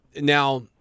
Now